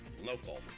local